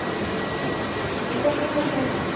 ആ നിങ്ങൾക്കെന്തെങ്കിലും വാങ്ങിക്കാനുണ്ടോ